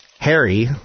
Harry